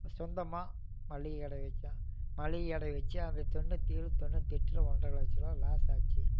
சொந்தமாக மளிகை கடையை வைச்சேன் மளிகை கடையை வச்சு அந்த தொண்ணூற்றி ஏழு தொண்ணூற்றி எட்டில் ஒன்றை லட்சம் ரூவா லாஸ் ஆச்சு